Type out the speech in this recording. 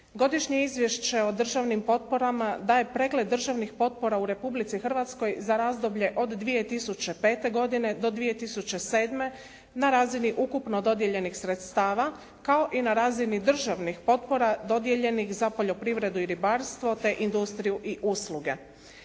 Godišnje izvješće o državnim potporama daje pregled državnih potpora u Republici Hrvatskoj za razdoblje od 2005. godine do 2007. na razini ukupno dodijeljenih sredstava kao i na razini državnih potpora dodijeljenih za poljoprivredu i ribarstvo te industriju i usluge.